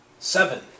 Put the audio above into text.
Seven